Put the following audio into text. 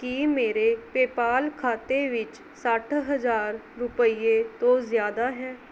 ਕੀ ਮੇਰੇ ਪੇਪਾਲ ਖਾਤੇ ਵਿੱਚ ਸੱਠ ਹਜ਼ਾਰ ਰੁਪਈਏ ਤੋਂ ਜ਼ਿਆਦਾ ਹੈ